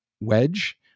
wedge